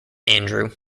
andrew